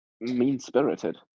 mean-spirited